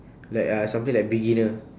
like uh something like beginner